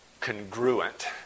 congruent